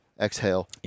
exhale